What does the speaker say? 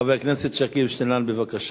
חבר הכנסת שכיב שנאן, בבקשה.